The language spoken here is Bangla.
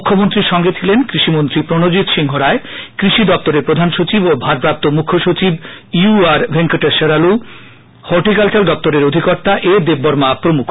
মুখ্যমন্ত্রীর সঙ্গে ছিলেন কৃষিমন্ত্রী প্রনজিৎ সিংহরায় কৃষি দপ্তরের প্রধান সচিব ও ভারপ্রাপ্ত মুখ্যসচিব ইউ আর ভেঙ্কটশ্বরালু হটিকালচার দপ্তরের অধিকর্তা এ দেববর্মা প্রমুখ